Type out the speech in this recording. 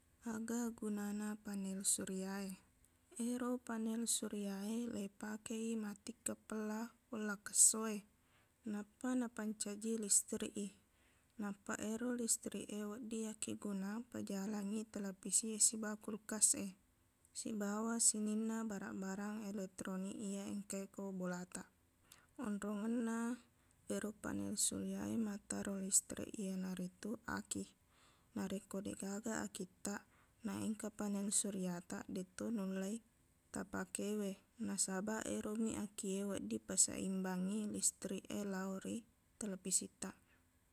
Aga gunana panel surya e. Ero panel surya e, leipakei mattikkeng pella wellakkessowe nappa napancaji listrik i. Nappa ero listrik e, wedding yakegunang pajalangngi televisi e sibawa kulkas e sibawa sininna barang-barang elektronik iye engka e ko bolataq. Onrongenna ero panel surya e mattaro listrik iyanaritu aki. Narekko deqgaga akittaq naengka panel suryataq, deqto nullei tapakewe. Nasabaq, eromi aki e wedding paseimbangngi listrik e lao ri televisittaq.